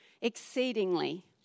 exceedingly